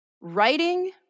writing